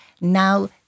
Now